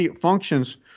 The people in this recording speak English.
functions